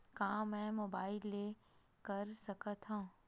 का मै मोबाइल ले कर सकत हव?